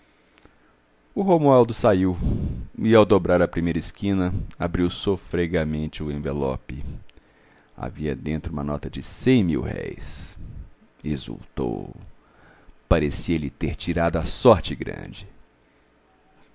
o romualdo saiu e ao dobrar a primeira esquina abriu sofregamente o envelope havia dentro uma nota de cem mil-réis exultou parecia-lhe ter tirado a sorte grande